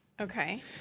Okay